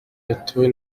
yatowe